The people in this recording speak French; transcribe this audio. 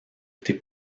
été